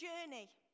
journey